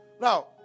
Now